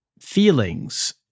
feelings